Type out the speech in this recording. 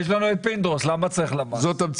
יש לנו את פינדרוס, למה צריך למ"ס?